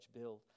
build